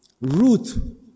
Ruth